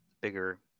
bigger